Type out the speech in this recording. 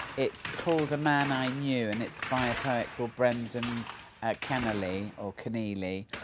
it's called a man i knew and it's by a poet called brendan kenneley or kenneley,